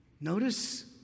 notice